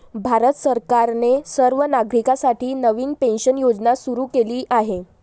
भारत सरकारने सर्व नागरिकांसाठी नवीन पेन्शन योजना सुरू केली आहे